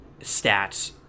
stats